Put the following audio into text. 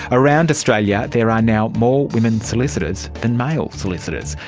around australia there are now more women solicitors than male solicitors,